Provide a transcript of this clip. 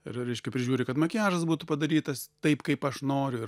ir reiškia prižiūri kad makiažas būtų padarytas taip kaip aš noriu ir